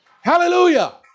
Hallelujah